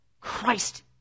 Christ